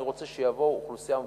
אני רוצה שתבוא אוכלוסייה מבוססת.